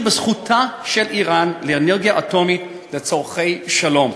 בזכותה של איראן לאנרגיה אטומית לצורכי שלום.